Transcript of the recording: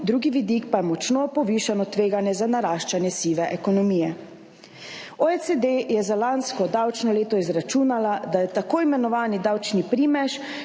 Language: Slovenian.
Drugi vidik pa je močno povišano tveganje za naraščanje sive ekonomije. OECD je za lansko davčno leto izračunala, da je tako imenovani davčni primež,